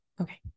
Okay